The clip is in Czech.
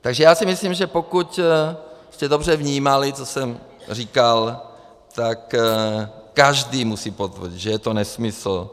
Takže já si myslím, že pokud jste dobře vnímali, co jsem říkal, tak každý musí potvrdit, že je to nesmysl.